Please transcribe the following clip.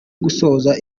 gusoza